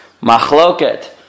Machloket